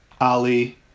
Ali